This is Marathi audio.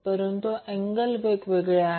परंतु अँगल वेगवेगळे आहेत